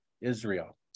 Israel